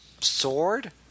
Sword